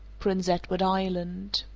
prince edward island.